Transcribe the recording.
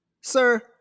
Sir